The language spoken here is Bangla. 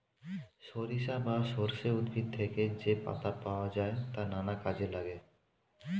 সরিষা বা সর্ষে উদ্ভিদ থেকে যে পাতা পাওয়া যায় তা নানা কাজে লাগে